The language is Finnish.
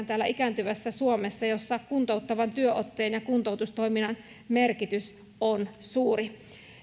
täällä ikääntyvässä suomessa jossa kuntouttavan työotteen ja kuntoutustoiminnan merkitys on suuri